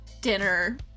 dinner